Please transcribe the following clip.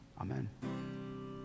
Amen